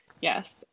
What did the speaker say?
yes